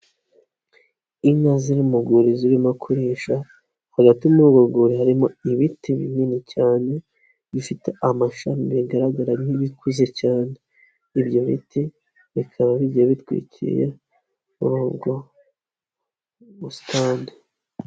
Inka ziri mu rwuri zirimo kurisha hagati muri urwo rwuri harimo ibiti binini cyane bifite amashami bigaragara nk'ibikuze cyane, ibyo biti bikaba bigiye bitwikiriye muri ubwo busitani.